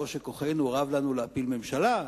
לא שכוחנו רב לנו להפיל ממשלה,